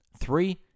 Three